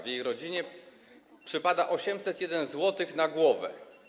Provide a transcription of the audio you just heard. W jej rodzinie przypada 801 zł na głowę.